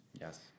yes